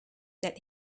that